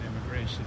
immigration